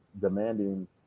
demanding